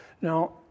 Now